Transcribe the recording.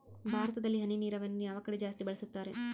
ಭಾರತದಲ್ಲಿ ಹನಿ ನೇರಾವರಿಯನ್ನು ಯಾವ ಕಡೆ ಜಾಸ್ತಿ ಬಳಸುತ್ತಾರೆ?